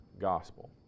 gospel